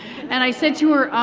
and i said to her,